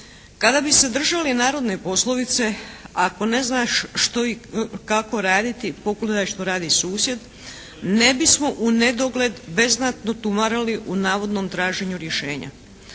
Kada bi se držali narodne poslovice ako ne znaš što i kako raditi pogledaj što radi susjed ne bismo u nedogled beznadno tumarali u navodnom traženju rješenja,